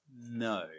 No